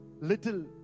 little